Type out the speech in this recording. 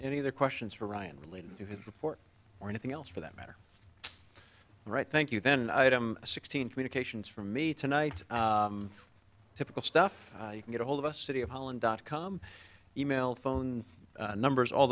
any other questions for ryan relating to his report or anything else for that matter right thank you then item sixteen communications for me tonight typical stuff you can get ahold of a city of holland dot com email phone numbers all